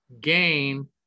gain